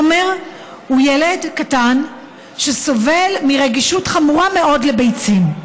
עומר הוא ילד קטן שסובל מרגישות חמורה מאוד לביצים.